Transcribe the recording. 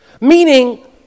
Meaning